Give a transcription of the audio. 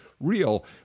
real